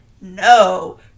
No